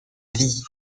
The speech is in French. vie